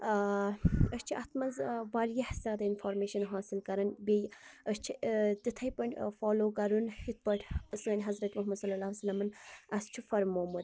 ٲں أسۍ چھِ اتھ مَنٛز ٲں واریاہ زیادٕ انفارمیشن حاصل کَران بیٚیہِ أسۍ چھِ ٲں تِتھے پٲٹھۍ فالو کَرُن یِتھ پٲٹھۍ سٲنۍ حضرت مُحمد صلی اللہ علیہِ وَسَلَمَن اسہِ چھُ فرمومُت